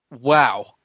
wow